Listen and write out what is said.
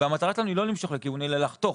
והמטרה שלנו היא לא למשוך לכיוון, אלא לחתוך.